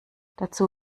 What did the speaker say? dazu